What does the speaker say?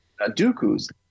Dooku's